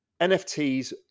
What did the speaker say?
NFTs